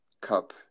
cup